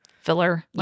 filler